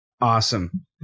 Awesome